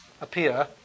appear